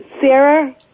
Sarah